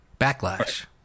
Backlash